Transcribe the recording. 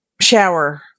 shower